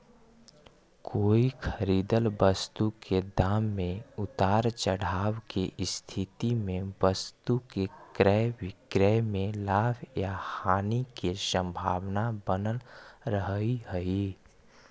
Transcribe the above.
कोई खरीदल वस्तु के दाम में उतार चढ़ाव के स्थिति में वस्तु के क्रय विक्रय में लाभ या हानि के संभावना बनल रहऽ हई